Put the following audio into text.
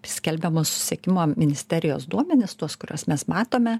skelbiamus susisiekimo ministerijos duomenis tuos kuriuos mes matome